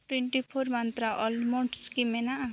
twenty four ᱢᱟᱛᱨᱟ almonds ᱠᱤ ᱢᱮᱱᱟᱜᱼᱟ